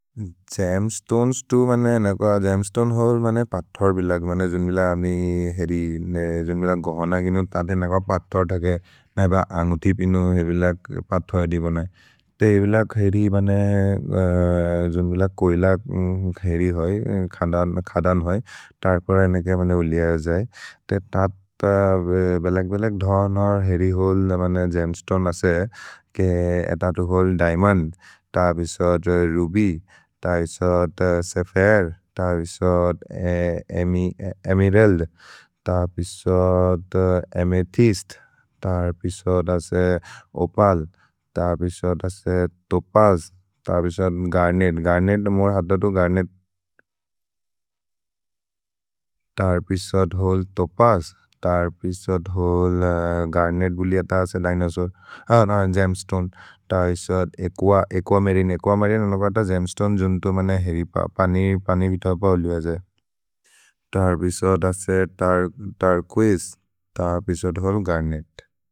जम्स्तोनेस् तु बने नक जम्स्तोने होल् बने पṭहर् बिलक् बने जुन्मिल अम्नि हेरि ने जुन्मिल गौन गिनु। तदे नक पṭहर् धके नैब अन्गुथि पिनु हे बिलक् पṭहर् दि बोनै ते हे बिलक् हेरि बने जुन्मिल कोइलक् हेरि होइ। खदन् होइ तर् पर नेके बने उलियज जै ते तत् बेलक्-बेलक् धनर् हेरि होल् बने जम्स्तोने असे के ē ततु होल् दैमन्। तपिसोद् रुबि, तपिसोद् सेफेर्, तपिसोद् एमेरल्द्, तपिसोद् अमेथ्य्स्त्, तपिसोद् असे ओपल्, तपिसोद् असे तोपज्, तपिसोद् गर्नेत्, गर्नेत् मोर् हततु गर्नेत् तपिसोद् होल् तोपज्। तपिसोद् होल् गर्नेत्, गुलियत असे दिनोसौर्, तपिसोद् अकुअमरिने, अकुअमरिने अनुपत, जम्स्तोने जुन्तु मने हेरि प, पनि, पनि वितप उलियज तपिसोद् असे तर् कुइज्, तपिसोद् होल् गर्नेत्।